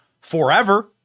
forever